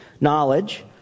Knowledge